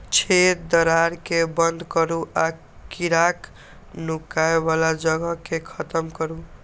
छेद, दरार कें बंद करू आ कीड़ाक नुकाय बला जगह कें खत्म करू